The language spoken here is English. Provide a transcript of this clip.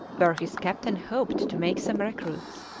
where his captain hoped to make some recruits.